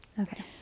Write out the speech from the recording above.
Okay